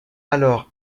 alors